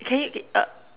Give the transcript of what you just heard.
can you get uh